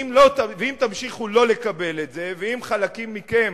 ואם תמשיכו לא לקבל את זה, ואם חלקים מכם